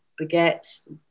baguettes